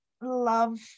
love